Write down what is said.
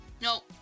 No